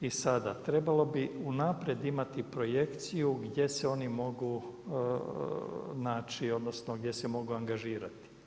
I sada, trebalo bi unaprijed imati projekciju gdje se oni mogu naći, odnosno gdje se mogu angažirati.